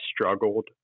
struggled